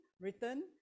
written